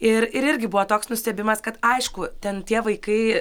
ir irgi buvo toks nustebimas kad aišku ten tie vaikai